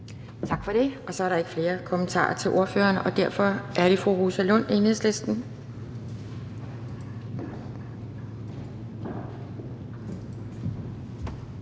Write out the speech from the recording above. Tak for det. Så er der ikke flere kommentarer til ordføreren, og derfor er det fru Rosa Lund, Enhedslisten.